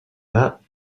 that